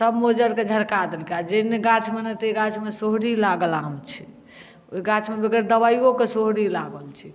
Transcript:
सब मज्जर के झरका देलकै आ जै गाछ मे नहि ताहि गाछ मे सोहरी लागल आम छै ओहि गाछ मे बेगर दवाइयो के सोहरी लागल छै